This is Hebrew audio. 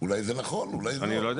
אולי זה נכון, אולי לא.